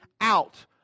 out